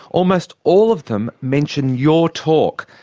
almost all of them mention your talk.